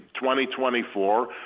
2024